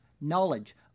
knowledge